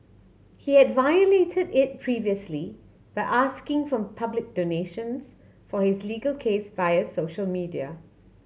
he had violated it previously by asking for public donations for his legal case via social media